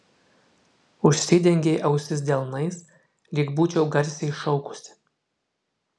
užsidengei ausis delnais lyg būčiau garsiai šaukusi